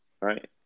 right